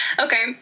Okay